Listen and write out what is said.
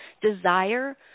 desire